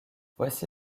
voici